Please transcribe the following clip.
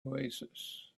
oasis